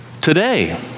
today